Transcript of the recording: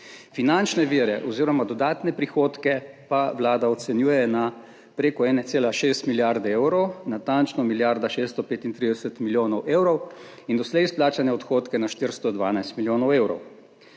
Finančne vire oziroma dodatne prihodke pa vlada ocenjuje na preko 1,6 milijarde evrov, natančno milijarda 635 milijonov evrov, in doslej izplačane odhodke na 412 milijonov evrov.